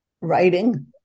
writing